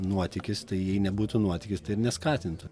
nuotykis tai jei nebūtų nuotykis tai ir neskatintų